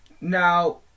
Now